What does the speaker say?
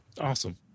Awesome